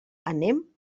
anem